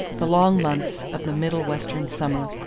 the long months of the middle western summer,